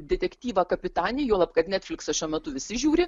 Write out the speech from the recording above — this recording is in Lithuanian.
detektyvą kapitani juolab kad netfliksą šiuo metu visi žiūri